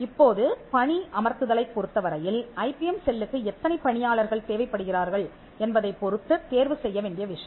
இப்போது பணி அமர்த்துதலைப் பொருத்தவரையில் ஐபிஎம் செல்லுக்கு எத்தனை பணியாளர்கள் தேவைப்படுகிறார்கள் என்பதைப் பொறுத்துத் தேர்வு செய்ய வேண்டிய விஷயம்